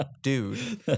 dude